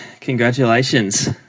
congratulations